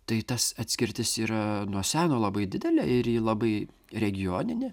tai tas atskirtis yra nuo seno labai didelė ir ji labai regioninė